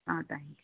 ah thank you